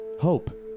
Hope